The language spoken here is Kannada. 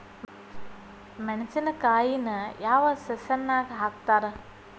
ಮೆಣಸಿನಕಾಯಿನ ಯಾವ ಸೇಸನ್ ನಾಗ್ ಹಾಕ್ತಾರ?